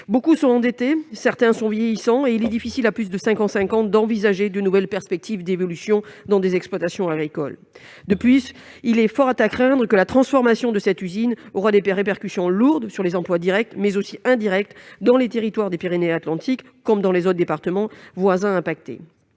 Beaucoup sont endettés, certains sont vieillissants : il leur est difficile, à plus de 55 ans, d'envisager de nouvelles perspectives d'évolution pour leurs exploitations agricoles. En outre, il est fort à craindre que la transformation de cette usine aura des répercussions lourdes sur les emplois directs et indirects pour le territoire des Pyrénées-Atlantiques, comme pour les départements voisins.